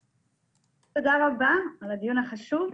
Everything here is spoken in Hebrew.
תודה רבה על הדיון החשוב.